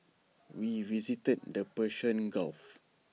we visited the Persian gulf